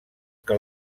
que